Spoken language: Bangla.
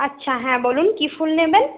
আচ্ছা হ্যাঁ বলুন কি ফুল নেবেন